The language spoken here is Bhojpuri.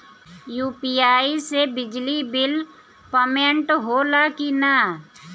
यू.पी.आई से बिजली बिल पमेन्ट होला कि न?